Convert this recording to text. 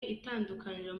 itandukaniro